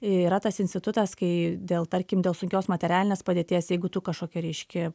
yra tas institutas kai dėl tarkim dėl sunkios materialinės padėties jeigu tu kažkokį reiški